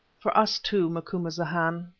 for us too, macumazahn,